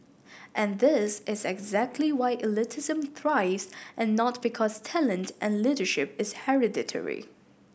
and this is exactly why elitism thrives and not because talent and leadership is hereditary